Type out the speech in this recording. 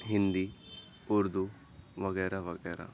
ہندی اردو وغیرہ وغیرہ